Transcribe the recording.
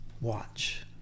watch